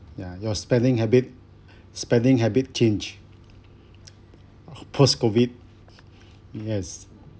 ya your spending habit spending habit change post-COVID yes